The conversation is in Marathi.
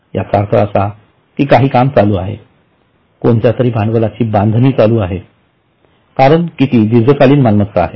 याचा अर्थ असा की काही काम चालू आहे कोणत्यातरी भांडवलाची बांधणी चालू आहे कर कि ती दीर्घकालीन मालमत्ता आहे